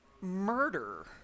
murder